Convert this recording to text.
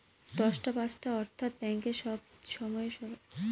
দশটা পাঁচটা অর্থ্যাত ব্যাংকের সময়ের বাইরে কি ক্রেডিট এবং ডেবিট কার্ড সচল থাকে?